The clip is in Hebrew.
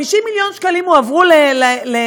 50 מיליון שקלים הועברו לבית-החולים.